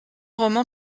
roman